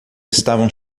estavam